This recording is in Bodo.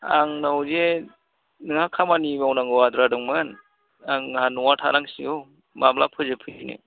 आंनाव जे नोंहा खामानि मावनांगौ आद्रा दंमोन आंहा न'आ थानांसिगौ माब्ला फोजोब फैनो